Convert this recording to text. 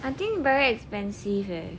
I think very expensive eh